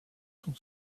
son